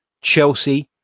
Chelsea